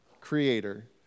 creator